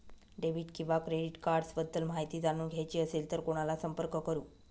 Debit किंवा credit cards बद्दल माहिती जाणून घ्यायची असेल तर कोणाला संपर्क करु?